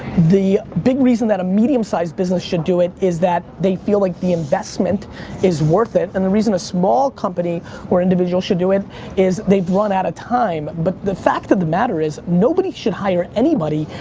the big reason that a medium sized business should do it is that they feel like the investment is worth it and the reason a small company or individual should do it is they've run out of time but the fact of the matter is, nobody should hire anybody,